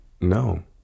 no